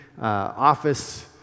office